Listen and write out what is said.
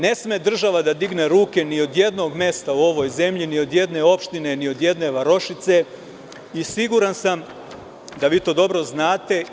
Ne sme država da digne ruke ni od jednog mesta u ovoj zemlji, ni od jedne opštine, ni od jedne varošice i siguran sam da to dobro znate.